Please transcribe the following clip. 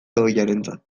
ohiarentzat